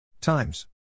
times